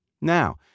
Now